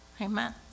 amen